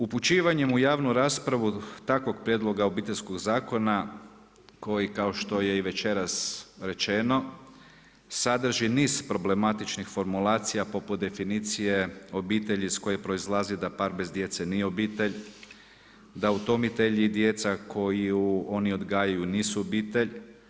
Upućivanjem u javnu raspravu takvog prijedloga Obiteljskog zakona koji kao što je i večeras rečeno sadrži niz problematičnih formulacija poput definicije obitelji iz koje proizlazi da par bez djece nije obitelj, da udomitelji i djeca koji oni odgajaju nisu obitelj.